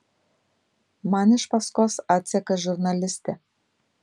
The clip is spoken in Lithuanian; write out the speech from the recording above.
man iš paskos atseka žurnalistė